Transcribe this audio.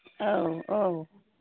औ औ